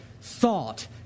thought